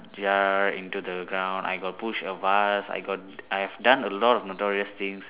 jar into the ground I got push a vase I got I have done a lot of notorious things